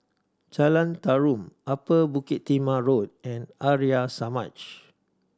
Jalan Tarum Upper Bukit Timah Road and Arya Samaj